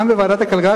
גם בוועדת הכלכלה,